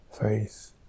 faith